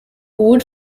wood